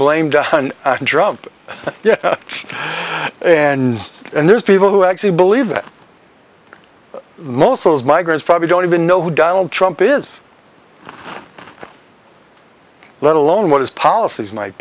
blamed on drugs and and there's people who actually believe that most of those migrants probably don't even know who donald trump is let alone what his policies might